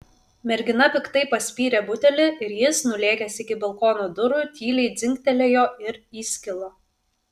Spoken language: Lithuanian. mergina piktai paspyrė butelį ir jis nulėkęs iki balkono durų tyliai dzingtelėjo ir įskilo